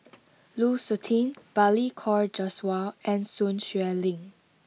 Lu Suitin Balli Kaur Jaswal and Sun Xueling